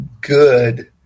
good